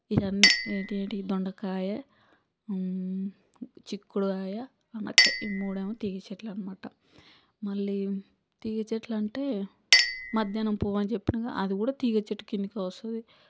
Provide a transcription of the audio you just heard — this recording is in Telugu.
ఇవన్నీ ఏంటేంటి దొండకాయ చిక్కుడుకాయ ఆనపకాయ ఈ మూడూ ఏమో తీగ చెట్లు అనమాట మళ్ళీ తీగ చెట్లు అంటే మధ్యాహ్నం పువ్వు అని చెప్పినాను కదా అదికూడ తీగ చెట్టు కిందకే వస్తుంది